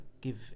give